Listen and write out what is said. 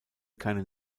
keine